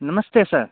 नमस्ते सर्